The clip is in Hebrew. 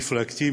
מפלגתי,